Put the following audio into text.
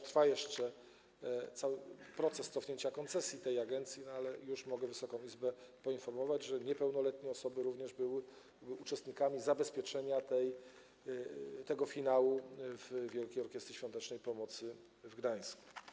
Trwa jeszcze proces cofnięcia koncesji tej agencji, ale już mogę Wysoką Izbę poinformować, że osoby niepełnoletnie również były uczestnikami zabezpieczenia tego finału Wielkiej Orkiestry Świątecznej Pomocy w Gdańsku.